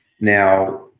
now